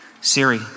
Siri